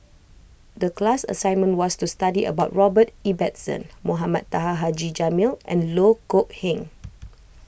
the class assignment was to study about Robert Ibbetson Mohamed Taha Haji Jamil and Loh Kok Heng